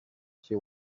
she